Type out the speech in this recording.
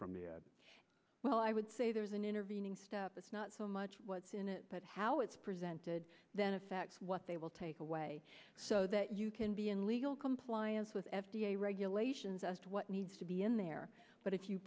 from the well i would say there's an intervening step it's not so much what's in it but how it's presented then affects what they will take away so that you can be in legal compliance with f d a regulations asked what needs to be in there but if you